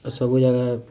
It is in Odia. ତ ସବୁ ଜାଗା